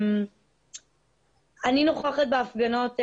אני נוכחת בהפגנות,